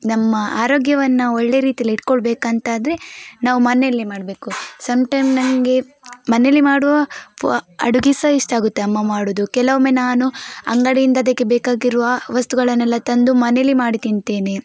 ನಮ್ಮ ಆರೋಗ್ಯವನ್ನು ಒಳ್ಳೆಯ ರೀತಿಯಲ್ಲಿ ಇಟ್ಕೊಳ್ಬೇಕಂತಾದರೆ ನಾವು ಮನೆಯಲ್ಲೇ ಮಾಡಬೇಕು ಸಮ್ಟೈಮ್ ನನಗೆ ಮನೆಯಲ್ಲಿ ಮಾಡುವ ಪ ಅಡುಗೆ ಸಹ ಇಷ್ಟ ಆಗುತ್ತೆ ಅಮ್ಮ ಮಾಡುವುದು ಕೆಲವೊಮ್ಮೆ ನಾನು ಅಂಗಡಿಯಿಂದ ಅದಕ್ಕೆ ಬೇಕಾಗಿರುವ ವಸ್ತುಗಳನ್ನೆಲ್ಲ ತಂದು ಮನೆಯಲ್ಲಿ ಮಾಡಿ ತಿಂತೇನೆ